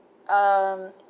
um